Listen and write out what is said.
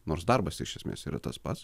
nors darbas iš esmės yra tas pats